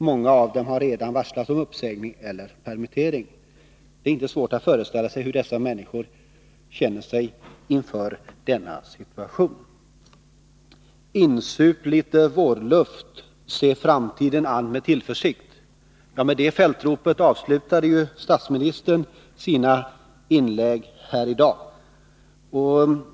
Många av dem har redan varslats om uppsägning eller permittering. Det är inte svårt att föreställa sig hur dessa människor känner inför denna situation. Insup litet vårluft, se framtiden an med tillförsikt! Med det fältropet avslutade statsministern sina inlägg här i dag.